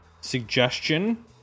suggestion